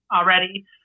already